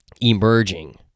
emerging